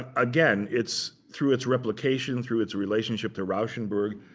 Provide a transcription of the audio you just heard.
ah again, it's through its replication, through its relationship the rauschenberg,